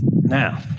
Now